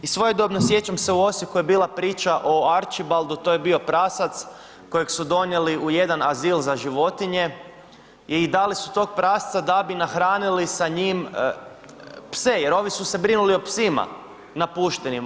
I svojedobno, sjećam se u Osijeku je bila priča o Arčibaldu, to je bio prasac kojeg su donijeli u jedan azil za životinje i dali su tog prasca da bi nahranili sa njim pse, jer ovi su se brinuli o psima napuštenima.